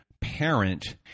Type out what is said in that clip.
parent